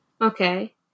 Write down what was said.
Okay